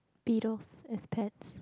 beetles as pets